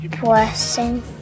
blessing